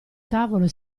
tavolo